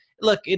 look